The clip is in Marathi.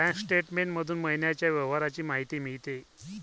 बँक स्टेटमेंट मधून महिन्याच्या व्यवहारांची माहिती मिळते